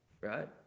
Right